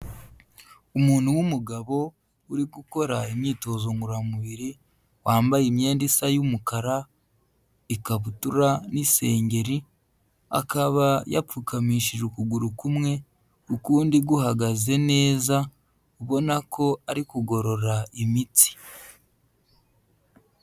Umuntu w'umugabo uri gukora imyitozo ngororamubiri wambaye imyenda isa y'umukara ikabutura n'isengeri, akaba yapfukamishije ukuguru kumwe ukundi guhagaze neza, ubona ko ari kugorora imitsi.